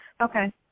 Okay